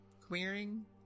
clearing